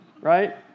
right